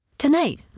Tonight